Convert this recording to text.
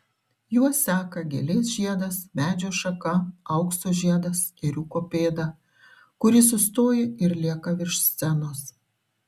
juos seka gėlės žiedas medžio šaka aukso žiedas ėriuko pėda kuri sustoja ir lieka virš scenos